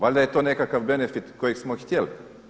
Valjda je to nekakav benefit kojeg smo htjeli?